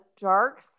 Dark